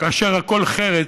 כאשר הכול חרס,